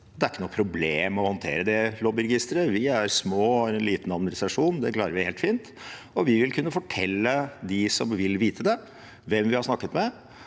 Det er ikke noe problem å håndtere dette lobbyregisteret. Vi er små og har en liten administrasjon. Det klarer vi helt fint, og vi vil kunne fortelle dem som vil vite det, hvem vi har snakket med,